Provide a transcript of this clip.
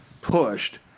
pushed